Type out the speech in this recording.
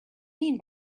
mean